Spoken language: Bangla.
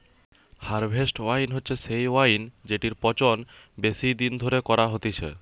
হারভেস্ট ওয়াইন হচ্ছে সেই ওয়াইন জেটির পচন বেশি দিন ধরে করা হতিছে